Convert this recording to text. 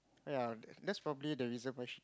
ya that's probably the reason why she